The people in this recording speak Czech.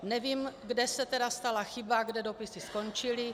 Nevím, kde se stala chyba, kde dopisy skončily.